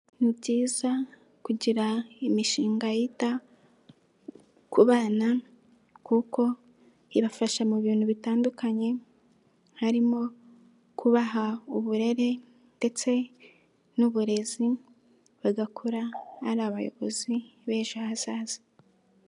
Ni byiza kugira imishinga yita ku bana, kuko ibafasha mu bintu bitandukanye, harimo kubaha uburere ndetse n'uburezi, bagakura ari abayobozi b'ejo hazaza.